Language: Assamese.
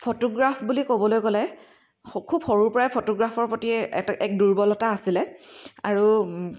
ফটোগ্ৰাফ বুলি ক'বলৈ গ'লে খুব সৰুৰ পৰাই ফটোগ্ৰাফৰ প্ৰতি এটা এক দুৰ্বলতা আছিলে আৰু